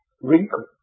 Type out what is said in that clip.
Wrinkle